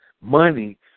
money